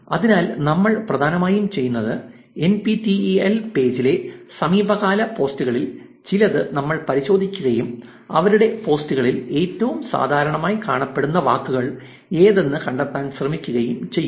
അതിനാൽ നമ്മൾ പ്രധാനമായും ചെയ്യുന്നത് N P T E L പേജിലെ സമീപകാല പോസ്റ്റുകളിൽ ചിലത് നമ്മൾ പരിശോധിക്കുകയും അവരുടെ പോസ്റ്റുകളിൽ ഏറ്റവും സാധാരണയായി കാണപ്പെടുന്ന വാക്കുകൾ ഏതെന്ന് കണ്ടെത്താൻ ശ്രമിക്കുകയും ചെയ്യും